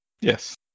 Yes